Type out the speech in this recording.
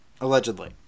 allegedly